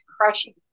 crushing